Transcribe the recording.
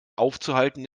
aufzuhalten